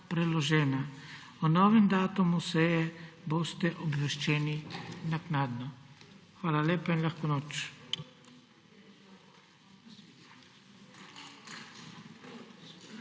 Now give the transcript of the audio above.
O novem datumu seje boste obveščeni naknadno. Hvala lepa in lahko noč!